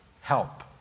help